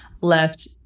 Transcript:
left